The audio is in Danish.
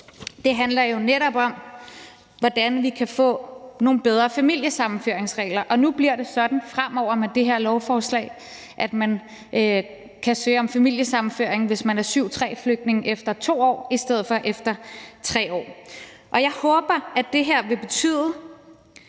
handler jo netop om, hvordan vi kan få nogle bedre familiesammenføringsregler. Nu bliver det sådan fremover med det her lovforslag, at man kan søge om familiesammenføring, hvis man er flygtning efter § 7, stk. 3, efter 2 år i stedet for efter 3 år. Jeg håber, at det her vil betyde,